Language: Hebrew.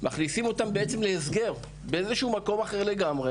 מכניסים אותם בעצם להסגר באיזשהו מקום אחר לגמרי